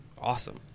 awesome